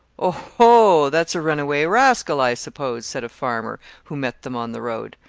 oh, ho, that's a runaway rascal, i suppose, said a farmer, who met them on the road.